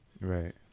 right